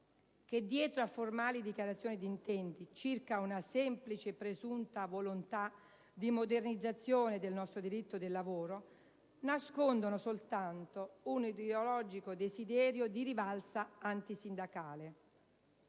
che, dietro a formali dichiarazioni di intenti circa una semplice presunta volontà di modernizzazione del nostro diritto del lavoro, nascondono soltanto un ideologico desiderio di rivalsa antisindacale.